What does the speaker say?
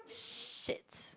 shit